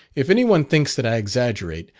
if any one thinks that i exaggerate,